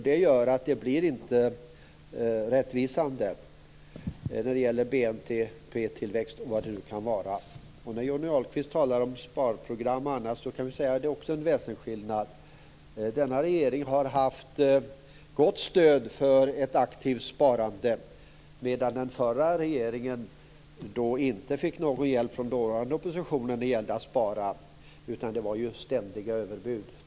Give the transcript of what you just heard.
Det gör att jämförelsen inte blir rättvisande när det gäller BNP-tillväxt och vad det nu kan vara. När det gäller Johnny Ahlqvists tal om sparprogram och annat är det också där en väsensskillnad. Denna regering har haft ett gott stöd för ett aktivt sparande, medan den förra regeringen inte fick någon hjälp från den dåvarande oppositionen när det gällde att spara. Då var det ständiga överbud.